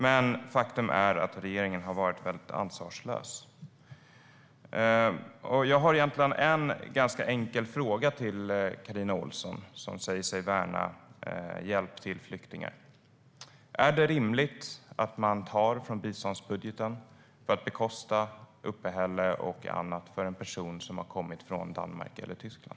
Men faktum är att regeringen har varit väldigt ansvarslös. Jag har egentligen en ganska enkel fråga till Carina Ohlsson, som säger sig värna hjälp till flyktingar: Är det rimligt att man tar från biståndsbudgeten för att bekosta uppehälle och annat för en person som har kommit från Danmark eller Tyskland?